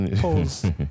Pause